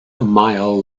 mile